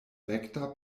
rekta